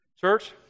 Church